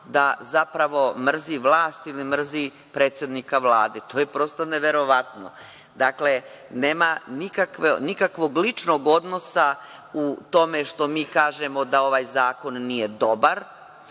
da zapravo mrzi vlast ili mrzi predsednika Vlade. To je prosto neverovatno. Dakle, nema nikakvog ličnog odnosa u tome što mi kažemo da ovaj zakon nije dobar. Na